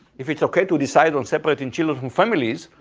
if it's okay to decide on separating children from families,